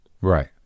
Right